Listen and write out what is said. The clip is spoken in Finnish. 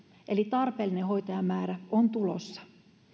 eli tarpeellinen hoitajamäärä on tulossa